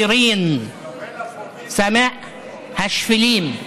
אתה שומע?) השפלים.